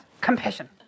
compassion